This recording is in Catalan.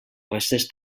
restes